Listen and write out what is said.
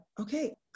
okay